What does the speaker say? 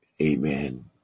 amen